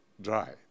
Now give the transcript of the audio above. dry